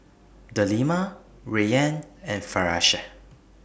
Delima Rayyan and Firash